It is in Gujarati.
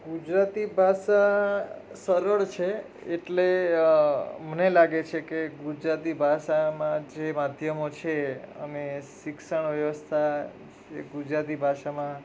ગુજરાતી ભાષા સરળ છે એટલે મને લાગે છે કે ગુજરાતી ભાષામાં જે માધ્યમો છે અને શિક્ષણ વ્યવસ્થા જે ગુજરાતી ભાષામાં